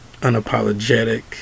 unapologetic